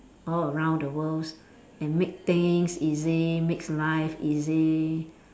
all around the worlds and make things easy makes life easy